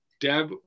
Deb